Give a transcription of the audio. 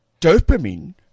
dopamine